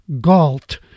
Galt